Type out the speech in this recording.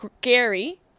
Gary